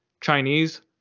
Chinese